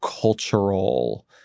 cultural